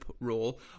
role